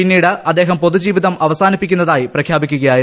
പിന്നീട് അദ്ദേഹം പൊതു ജീവിതം അവസാനിപ്പിക്കുന്നതായി പ്രഖ്യാപിക്കുകയായിരുന്നു